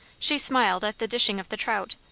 she smiled at the dishing of the trout,